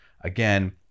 again